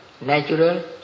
natural